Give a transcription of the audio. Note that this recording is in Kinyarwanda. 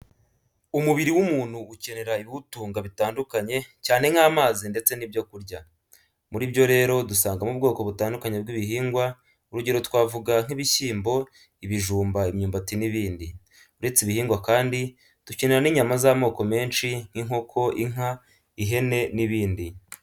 Umubiri w'umuntu ukenera ibiwutunga bitandukanye cyane nk'amazi ndetse n'ibyo kurya. Muri byo rero dusangamo ubwoko butandukanye bw'ibihingwa, urugero twavuga nk'ibishyimbo, ibijumba, imyumbati n'ibindi. Uretse ibihingwa kandi dukenera n'inyama z'amoko menshi nk'inkoko, inka, ihene n'ibindi.